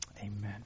Amen